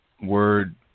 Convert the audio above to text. word